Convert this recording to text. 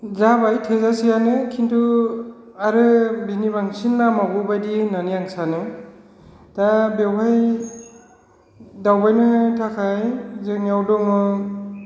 जाबाय थोजासेयानो खिन्थु आरो बिनि बांसिन नांबावगौ बायदि होननानै आं सानो दा बेयावहाय दावबायनो थाखाय जोंनियाव दङ